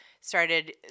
started